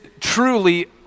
truly